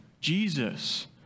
Jesus